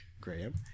Graham